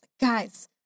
guys